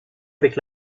avec